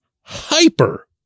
hyper